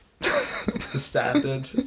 standard